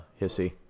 hissy